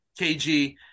KG